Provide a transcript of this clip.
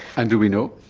and do we know?